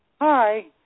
Hi